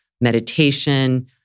meditation